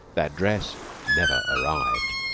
that dress never arrived.